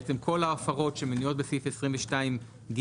בעצם כל ההפרות שמנויות בסעיף 22ג,